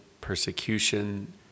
persecution